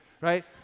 right